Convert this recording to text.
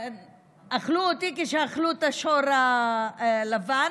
אכלו אותי כשאכלו את השור הלבן.